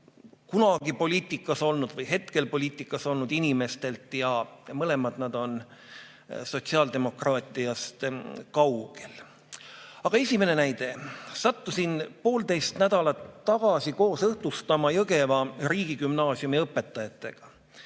kunagi poliitikas olnud või hetkel poliitikas olevatelt inimestelt ja mõlemad on sotsiaaldemokraatiast kaugel. Esimene näide. Sattusin poolteist nädalat tagasi õhtustama koos Jõgeva riigigümnaasiumi õpetajatega.